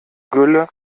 gülle